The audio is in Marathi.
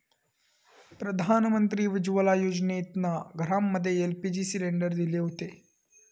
प्रधानमंत्री उज्ज्वला योजनेतना घरांमध्ये एल.पी.जी सिलेंडर दिले हुते